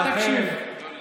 בשנים שאתם הייתם בשלטון.